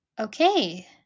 Okay